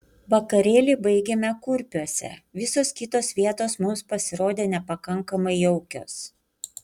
vakarėlį baigėme kurpiuose visos kitos vietos mums pasirodė nepakankamai jaukios